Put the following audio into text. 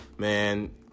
Man